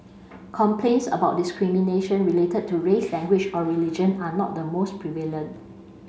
complaints about discrimination related to race language or religion are not the most prevalent